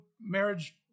marriage